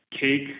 cake